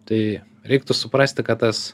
tai reiktų suprasti kad tas